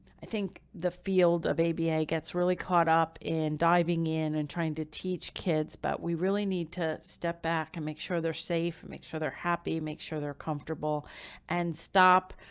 i think the field of aba gets really caught up in diving in and trying to teach kids, but we really need to step back and make sure they're safe and make sure they're happy, make sure they're comfortable and stop,